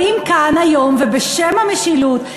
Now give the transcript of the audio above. הם באים כאן היום ובשם המשילות,